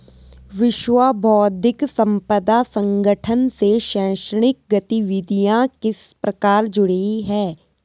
विश्व बौद्धिक संपदा संगठन से शैक्षणिक गतिविधियां किस प्रकार जुड़ी हैं?